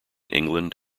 england